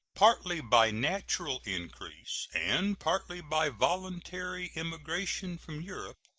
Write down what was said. partly by natural increase and partly by voluntary immigration from europe,